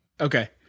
Okay